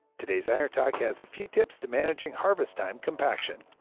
today's iron talk has a few tips to managing harvest time compaction.